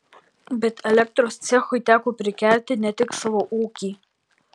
bet elektros cechui teko prikelti ne tik savo ūkį